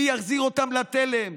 מי יחזיר אותם לתלם?